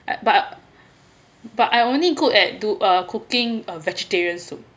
but but I only good at do uh cooking uh vegetarian soup